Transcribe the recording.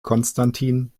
constantin